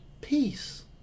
Peace